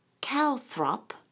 Calthrop